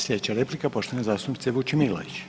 Slijedeća replika poštovane zastupnice Vučemilović.